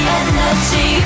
energy